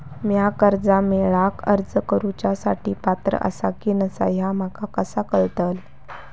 म्या कर्जा मेळाक अर्ज करुच्या साठी पात्र आसा की नसा ह्या माका कसा कळतल?